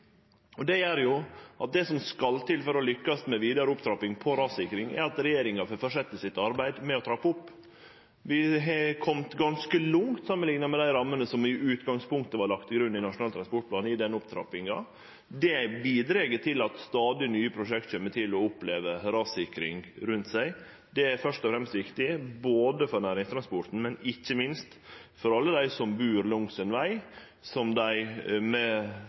Det gjer at det som skal til for å lykkast med vidare opptrapping av rassikring, er at regjeringa får fortsetje arbeidet sitt med å trappe opp. Vi har kome ganske langt – samanlikna med dei rammene som i utgangspunktet var lagde til grunn i Nasjonal transportplan – i den opptrappinga. Det bidreg til at stadig nye prosjekt kjem til å oppleve rassikring rundt seg. Det er viktig både for næringstransporten og, ikkje minst, for alle dei som bur langs ein veg som dei